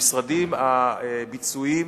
המשרדים הביצועיים,